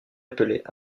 appelée